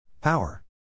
Power